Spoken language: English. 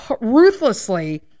ruthlessly